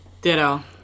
ditto